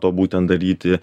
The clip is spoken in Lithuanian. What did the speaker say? to būtent daryti